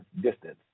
distance